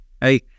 Hey